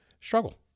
struggle